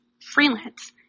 freelance